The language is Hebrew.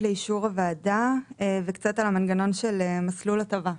לאישור הוועדה וקצת על המנגנון של מסלול הטבה.